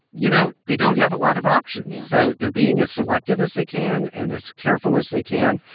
you know, they don't have a lot of options. so they're being as selective as they can and as careful as they can.